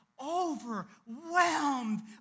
overwhelmed